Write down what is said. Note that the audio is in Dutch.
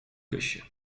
kusje